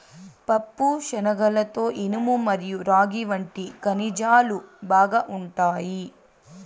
పప్పుశనగలలో ఇనుము మరియు రాగి వంటి ఖనిజాలు బాగా ఉంటాయి